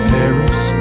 Paris